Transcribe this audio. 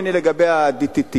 הדבר השני, לגבי ה-DTT,